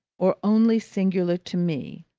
or only singular to me,